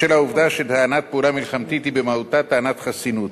בשל העובדה שטענת "פעולה מלחמתית" היא במהותה טענת חסינות,